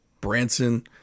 Branson